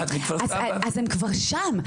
אז הם כבר שם.